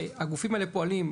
הגופים האלה פועלים,